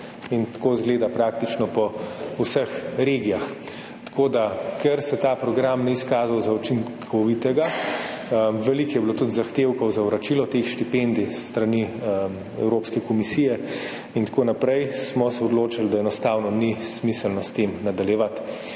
In tako izgleda praktično po vseh regijah. Ker se ta program ni izkazal za učinkovitega, veliko je bilo tudi zahtevkov za vračilo teh štipendij s strani Evropske komisije in tako naprej, smo se odločili, da enostavno ni smiselno s tem nadaljevati.